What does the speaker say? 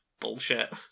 bullshit